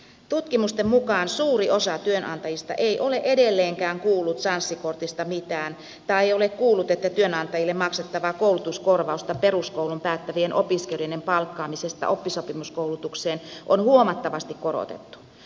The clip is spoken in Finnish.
tutkimusten mukaan suuri osa työnantajista ei ole edelleenkään kuullut sanssi kortista mitään tai ei ole kuullut että työnantajille maksettavaa koulutuskorvausta peruskoulun päättävien opiskelijoiden palkkaamisesta oppisopimuskoulutukseen on huomattavasti korotettu